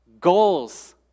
Goals